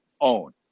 own